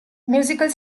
musical